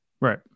Right